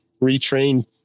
retrain